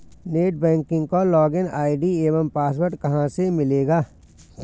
Net banking का login ID एवं password कहाँ से मिलेगा?